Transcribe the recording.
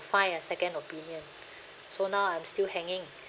find a second opinion so now I'm still hanging